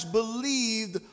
believed